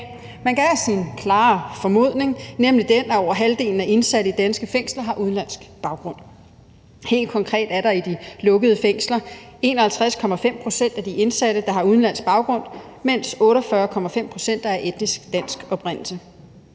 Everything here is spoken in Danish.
kan have sin klare formodning, nemlig den, at over halvdelen af indsatte i danske fængsler har udenlandsk baggrund. Helt konkret er der i de lukkede fængsler 51,5 pct. af de indsatte, der har udenlandsk baggrund, mens 48,5 pct. er af etnisk dansk oprindelse.